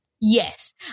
Yes